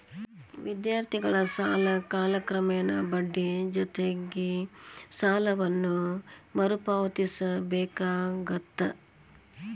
ವಿದ್ಯಾರ್ಥಿ ಸಾಲ ಕಾಲಕ್ರಮೇಣ ಬಡ್ಡಿ ಜೊತಿಗಿ ಸಾಲವನ್ನ ಮರುಪಾವತಿಸಬೇಕಾಗತ್ತ